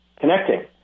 connecting